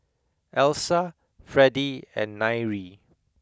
Elsa Fredie and Nyree